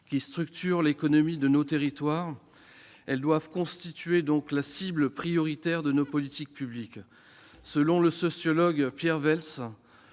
qui structurent l'économie de nos territoires. Elles doivent constituer la cible prioritaire de nos politiques publiques. Selon le sociologue Pierre Veltz,